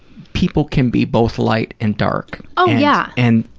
people can be both light and dark. oh, yeah. and,